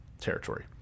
territory